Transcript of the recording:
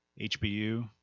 HBU